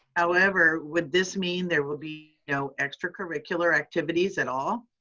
however, would this mean there would be no extracurricular activities at all?